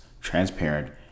transparent